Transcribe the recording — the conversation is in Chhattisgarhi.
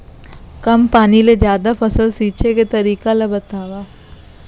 कम पानी ले जादा फसल सींचे के तरीका ला बतावव?